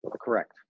Correct